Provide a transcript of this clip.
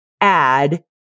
add